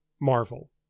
Marvel